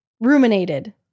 ruminated